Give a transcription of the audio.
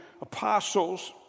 apostles